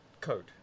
code